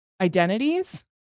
identities